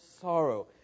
sorrow